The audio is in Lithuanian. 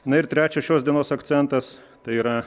na ir trečias šios dienos akcentas tai yra